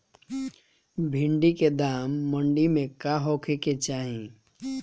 भिन्डी के दाम मंडी मे का होखे के चाही?